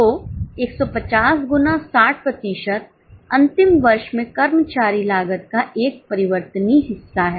तो 150 गुना 60 प्रतिशत अंतिम वर्ष में कर्मचारी लागत का एक परिवर्तनीय हिस्सा है